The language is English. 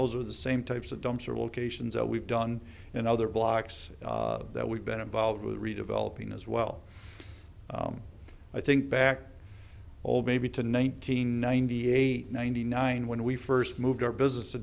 those are the same types of dumpster locations that we've done in other blocks that we've been involved with redeveloping as well i think back over maybe to nineteen ninety eight ninety nine when we first moved our business to